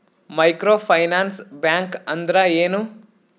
Micro finance bank ಅಂದ್ರ ಏನು?